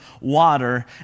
water